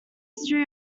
history